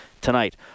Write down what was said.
tonight